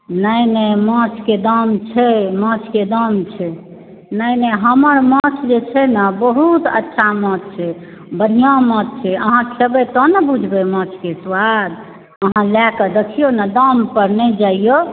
नहि नहि माछके दाम छै माछके दाम छै नहि नहि हमर माछ जे छै ने बहुत अच्छा माछ छै बढ़िऑं माछ छै खेबै तब ने बुझबै माछके स्वाद यहाँ लए कऽ देखिऔ ने दाम पर नहि जैऔ